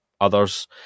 others